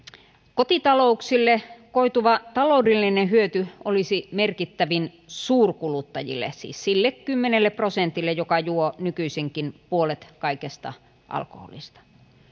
kotitalouksille koituva taloudellinen hyöty olisi merkittävin suurkuluttajille siis sille kymmenelle prosentille joka juo nykyisinkin puolet kaikesta alkoholista